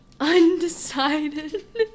undecided